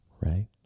right